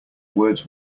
words